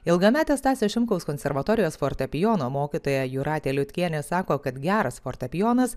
ilgametė stasio šimkaus konservatorijos fortepijono mokytoja jūratė liutkienė sako kad geras fortepijonas